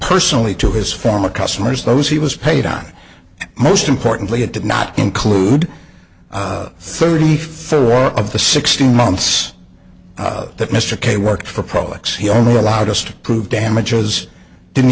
personally to his former customers those he was paid on most importantly it did not include thirty thirty one of the sixteen months that mr k worked for prolix he only allowed us to prove damages didn't